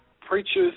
preachers